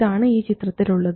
ഇതാണ് ഈ ചിത്രത്തിലുള്ളത്